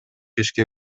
ишке